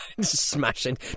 Smashing